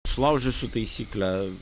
sulaužiusiu taisyklę